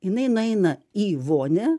jinai nueina į vonią